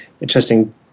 interesting